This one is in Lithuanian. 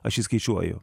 aš jį skaičiuoju